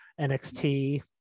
nxt